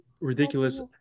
ridiculous